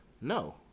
No